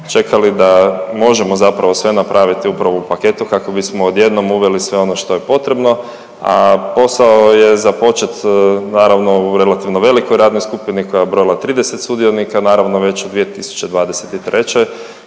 čekali da možemo zapravo sve napraviti upravo u paketu kako bismo odjednom uveli sve ono što je potrebno, a posao je započet naravno u relativno velikoj radnoj skupini koja je brojala 30 sudionika naravno već u 2023.,